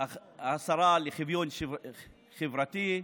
השרה לשוויון חברתי,